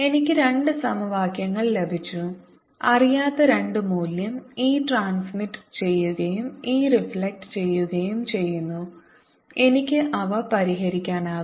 എനിക്ക് രണ്ട് സമവാക്യങ്ങൾ ലഭിച്ചു അറിയാത്ത രണ്ടു മൂല്യം e ട്രാൻസ്മിറ്റ് ചെയ്യുകയും e റിഫ്ലെക്ട ചെയ്യുകയും ചെയ്യുന്നു എനിക്ക് അവ പരിഹരിക്കാനാകും